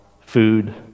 food